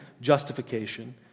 justification